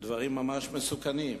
דברים ממש מסוכנים.